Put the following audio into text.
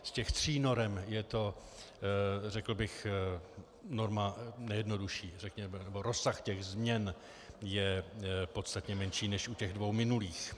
Z těch tří norem je to, řekl bych, norma nejjednodušší, nebo rozsah těch změn je podstatně menší než u těch dvou minulých.